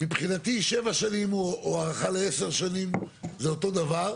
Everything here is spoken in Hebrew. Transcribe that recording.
מבחינתי שבע שנים או הארכה לעשר שנים זה אותו דבר.